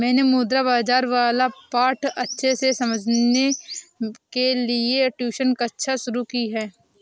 मैंने मुद्रा बाजार वाला पाठ अच्छे से समझने के लिए ट्यूशन कक्षा शुरू की है